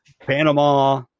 Panama